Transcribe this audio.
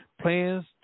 plans